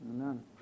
Amen